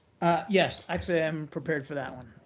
yes. actually, i am prepared for that one.